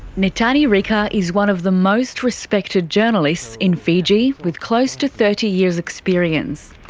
netani rika is one of the most respected journalists in fiji, with close to thirty years' experience.